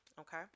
Okay